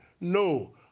No